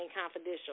confidential